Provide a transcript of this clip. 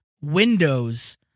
windows